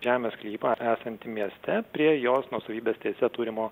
žemės sklypą esantį mieste prie jos nuosavybės teise turimo